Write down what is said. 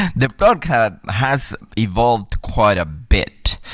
the perk ah has evolved quite a bit.